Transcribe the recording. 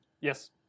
Yes